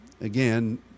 Again